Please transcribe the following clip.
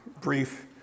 brief